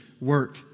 work